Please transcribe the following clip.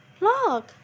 look